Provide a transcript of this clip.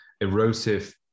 erosive